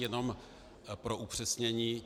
Jenom pro upřesnění.